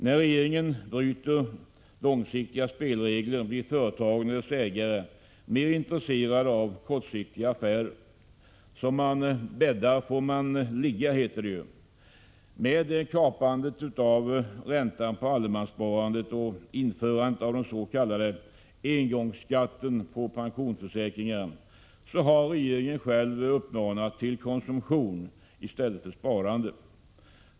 När regeringen bryter långsiktiga spelregler blir företag och deras ägare mer intresserade av kortsiktiga affärer. Som man bäddar får man ligga, heter det ju. Genom kapandet av räntan på allemanssparandet och införandet av engångsskatten på pensionsförsäkringar har regeringen själv uppmanat till konsumtion i stället för sparande.